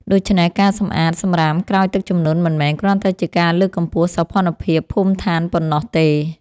ដូច្នេះ ការសម្អាតសម្រាមក្រោយទឹកជំនន់មិនមែនគ្រាន់តែជាការលើកកម្ពស់សោភណភាពភូមិដ្ឋានប៉ុណ្ណោះទេ។